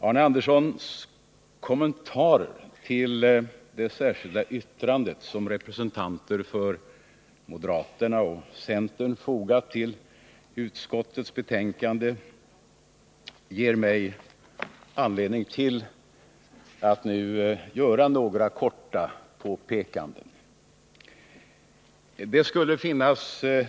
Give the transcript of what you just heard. Arne Anderssons i Falun kommentar till det särskilda yttrande som representanter för moderaterna och centern fogat vid utskottets betänkande ger mig anledning att nu göra några korta påpekanden.